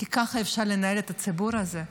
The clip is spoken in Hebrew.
כי ככה אפשר לנהל את הציבור הזה.